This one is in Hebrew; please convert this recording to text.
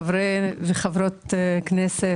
חברי וחברות כנסת,